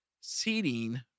seating